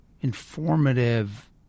informative